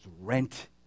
rent